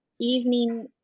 evening